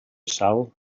sal